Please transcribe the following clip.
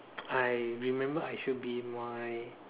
I remember I should be in my